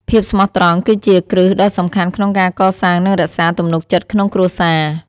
ភាពស្មោះត្រង់ គឺជាគ្រឹះដ៏សំខាន់ក្នុងការកសាង និងរក្សា ទំនុកចិត្ត ក្នុងគ្រួសារ។